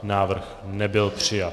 Návrh nebyl přijat.